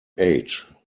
age